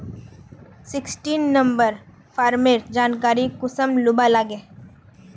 Sixteen number farmer जानकारी कुंसम लुबा लागे?